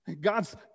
God's